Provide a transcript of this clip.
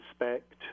respect